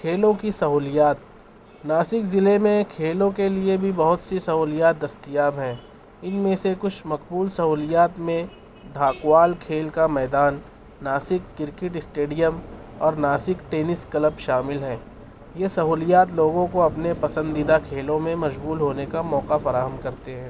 کھیلوں کی سہولیات ناسک ضلع میں کھیلوں کے لیے بھی بہت سی سہلولیات دستیاب ہیں ان میں سے کچھ مقبول سہولیات میں ڈھاکوال کھیل کا میدان ناسک کرکٹ اسٹیڈیم اور ناسک ٹینس کلب شامل ہیں یہ سہولیات لوگوں کو اپنے پسندیدہ کھیلوں میں مشغول ہونے کا موقع فراہم کرتے ہیں